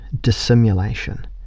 dissimulation